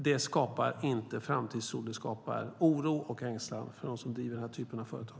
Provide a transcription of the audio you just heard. Det skapar inte framtidstro utan oro och ängslan för dem som driver den typen av företag.